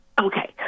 okay